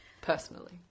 personally